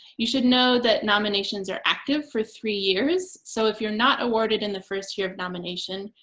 you should know that nominations are active for three years. so if you're not awarded in the first year of nomination,